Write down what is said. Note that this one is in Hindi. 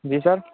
जी सर